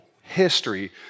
history